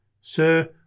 Sir